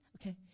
Okay